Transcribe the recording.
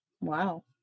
wow